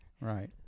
Right